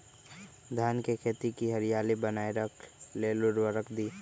धान के खेती की हरियाली बनाय रख लेल उवर्रक दी?